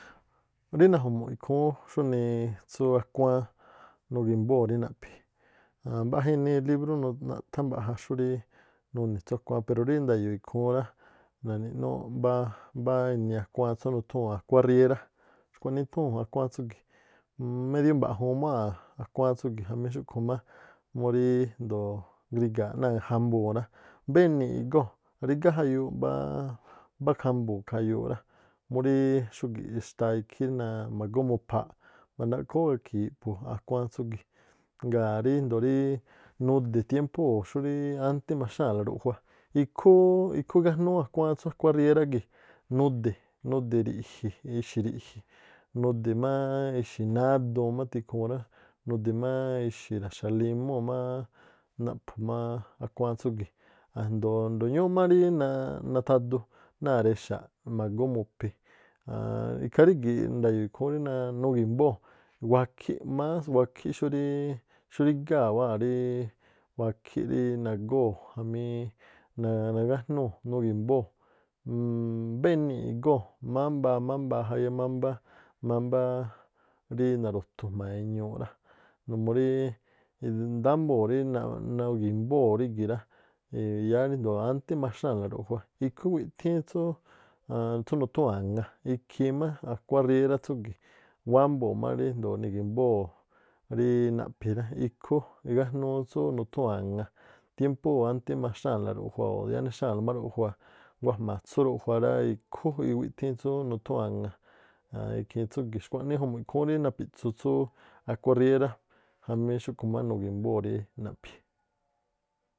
Rí naju̱mu̱ ikhúún xúnii tsú akhuáán nugi̱mboo̱ rí naꞌphi. Mbaꞌja inii librú naꞌthá mbaꞌja xúríí nuni̱ tsú akuáán. Pero rí nda̱yo̱o̱ ikhúún rá na̱ni̱núú mbáá mbáá inii akuáán tsú nuthuu̱n akuán riéra, xkhua̱nii ithúu̱ akuáán tsúgi̱, medio mba̱ꞌjuu̱n má wáa̱ akuáán tsúgi̱ jamí xúꞌkhu̱ má murí rindo̱o ngriga̱a̱ꞌ náa̱ ja̱mbuu̱n rá. Mbénii̱ꞌ igóo̱ rígá jayuu̱ꞌ mbá khambuu̱n jayuuꞌ rá, murí xúgi̱ꞌ xtaa ikhí ma̱ggoo mu̱pha̱a̱. Mba̱ndaꞌkhoo ú gakhi̱i̱ iꞌphu̱ akuáán tsúgi̱, ngaa̱ ríjndoo rí nudi̱ tiémpúu̱ xú ántí maxnáa̱la ruꞌjua. Ikhú igánúú akuáán tsú akuán riérá gii̱, nude̱, nude̱ ri̱ꞌji̱, ixi̱ ri̱ꞌji̱, nude̱ má ixi̱ náduun má tikhuu rá, nude̱ má ixi̱ ra̱xa̱ limúu̱ má naꞌphu má akuáán tsúgi̱, a̱jndo̱o ñúúꞌ má rí nathadu náa̱ rexa̱ ma̱goo mu̱phi̱ ikhaa rígi̱ eyo̱o̱ ikhúún rí nugi̱mboo̱ wakhíꞌ, más wakhí xúríí xúrígáa̱ wáa̱ ríí wakhí nagóo̱ jamí nagájnúu̱ nugi̱mboo̱ mbénii̱ꞌ igóo̱ mámbaa, mámbaa jayá mámbaa rí naru̱thu jma̱a e̱ñuuꞌ rá, numuu ríí námbuu̱n rí nugi̱mbóo̱ rígi̱ rá. Yáá rijndo̱o ántí maxnáa̱la ruꞌjua ikhú iwithíín tsú nuthúu̱n aŋa, ikhí má akuán riérá tsúgi̱, wánbuu̱n má rijndoo̱ nigi̱mbóo̱ ríí naꞌphi̱ rá, ikhú igájnúú tsú nuthúu̱n a̱ŋa̱. Tiémpúu̱ ántí maxnáa̱la ruꞌjua o̱ yáá nexnáa̱la má ruꞌjua nguá jma̱ atsú ruꞌjua rá, ikhú iwiꞌthíín tsú nuthúu̱n a̱ŋa̱, aan ikhiin tsúgi̱. Xkua̱nii iju̱mu̱ꞌ ikhúún rí napi̱ꞌtsu tsú akuá riérá jamí xúꞌkhu̱ má nugi̱mboo̱ rí naꞌphi̱.